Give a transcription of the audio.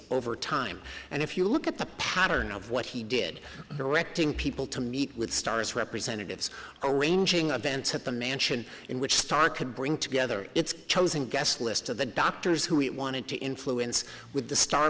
over time and if you look at the pattern of what he did directing people to meet with stars representatives arranging a dance at the mansion in which starr could bring together its chosen guest list of the doctors who it wanted to influence with the star